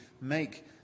make